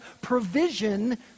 provision